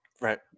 Right